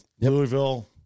Louisville